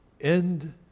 end